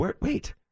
wait